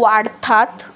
वाढतात